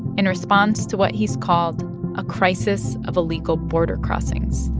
in response to what he's called a crisis of illegal border crossings